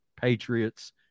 Patriots